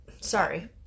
Sorry